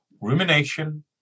rumination